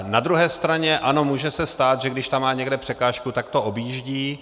Na druhé straně ano, může se stát, že když tam má někde překážku, tak to objíždí.